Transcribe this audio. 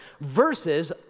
versus